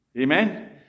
Amen